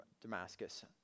Damascus